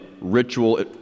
ritual